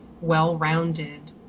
well-rounded